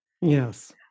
Yes